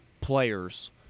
players